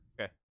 Okay